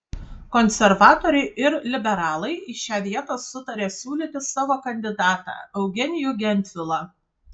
konservatoriai ir liberalai į šią vietą sutarė siūlyti savo kandidatą eugenijų gentvilą